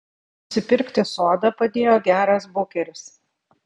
nusipirkti sodą padėjo geras bukeris